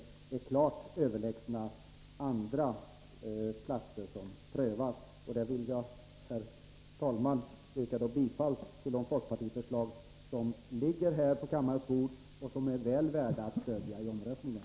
De har visat sig vara klart överlägsna de möjligheter som stått till buds inom andra områden som prövats. Jag vill, herr talman, yrka bifall till de förslag från folkpartiet som ligger på kammarens bord och som är väl värda att stödja vid omröstningen.